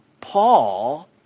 Paul